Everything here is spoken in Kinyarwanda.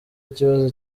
ikibazo